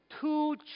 two